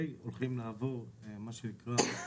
שהולכים לעבור עדכונים.